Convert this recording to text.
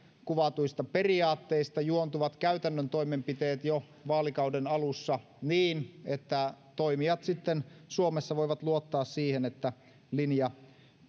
kuvatuista periaatteista juontuvat käytännön toimenpiteet jo vaalikauden alussa niin että toimijat sitten suomessa voivat luottaa siihen että linja